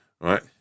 right